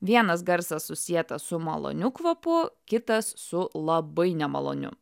vienas garsas susietas su maloniu kvapu kitas su labai nemaloniu